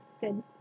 good